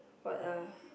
what ah